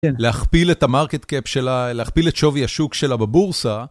להכפיל את המרקט קפ שלה, להכפיל את שווי השוק שלה בבורסה.